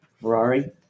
Ferrari